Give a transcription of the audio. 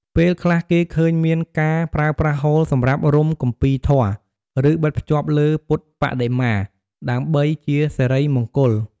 ពេលខ្លះគេឃើញមានការប្រើប្រាស់ហូលសម្រាប់រុំគម្ពីរធម៌ ឬបិទភ្ជាប់លើពុទ្ធបដិមា ដើម្បីជាសិរីមង្គល។